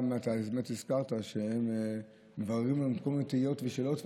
אתה הזכרת שהם מבררים לנו כל מיני תהיות ושאלות,